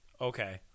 Okay